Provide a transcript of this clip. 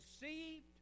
deceived